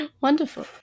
Wonderful